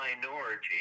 minority